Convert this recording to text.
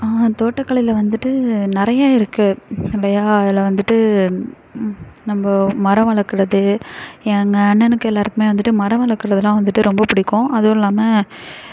தோட்டக் கலையில் வந்துட்டு நிறைய இருக்கு இல்லையா அதில் வந்துட்டு நம்ப மரம் வளர்க்கறது எங்க அண்ணனுக்கு எல்லோருக்குமே வந்துட்டு மரம் வளர்க்கறதுன்னா வந்துட்டு ரொம்ப பிடிக்கும் அதுவும் இல்லாமல்